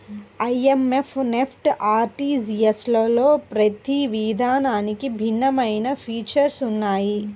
IMPS, NEFT, ఆర్టీజీయస్లలో ప్రతి విధానానికి భిన్నమైన ఫీచర్స్ ఉన్నయ్యి